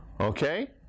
Okay